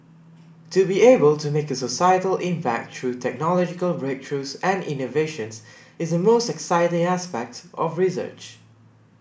to be able to make a societal impact through technological breakthroughs and innovations is the most exciting aspect of research